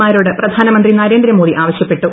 മാരോട് പ്രധാനമന്ത്രി നരേന്ദ്രമോദി ആവശ്യപ്പെട്ടു